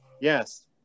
Yes